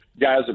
guys